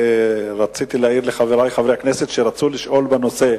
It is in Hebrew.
רציתי להעיר לחברי חברי הכנסת, שרצוי לשאול בנושא.